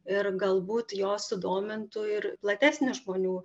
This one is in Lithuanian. ir galbūt jos sudomintų ir platesnį žmonių